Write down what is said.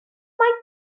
mae